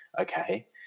okay